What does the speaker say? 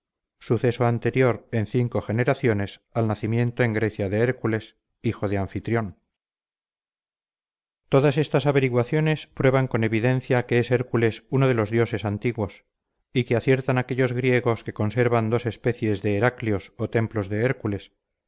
suceso anterior en cinco generaciones al nacimiento en grecia de hércules hijo de anfitrión todas estas averiguaciones prueban con evidencia que es hércules uno de los dioses antiguos y que aciertan aquellos griegos que conservan dos especies de heraclios o templos de hércules